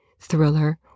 thriller